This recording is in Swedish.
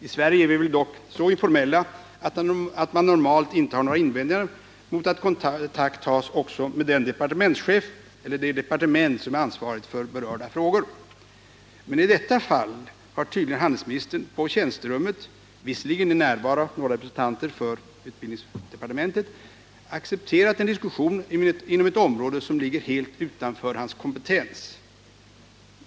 I Sverige är vi väl dock så informella att man normalt icke har några invändningar mot att kontakt tages också med den departementschef eller det departement som är ansvarigt för berörda frågor. Men i detta fall har tydligen handelsministern på tjänsterummet, visserligen i närvaro av några representanter för utbildningsdepartementet, accepterat en diskussion inom ett område som ligger helt utanför hans kompetens.